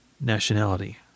Nationality